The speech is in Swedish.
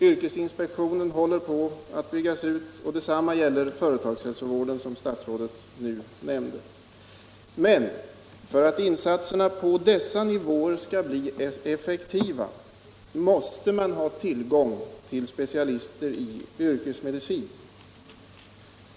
Yrkesinspektionen håller på att byggas ut och det = Nr 35 samma gäller företagshälsovården, som statsrådet nu nämnde. Men för att insatserna på dessa nivåer skall bli effektiva måste man ha tillgång till specialister i yrkesmedicin.